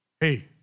hey